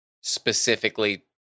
specifically